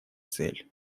цель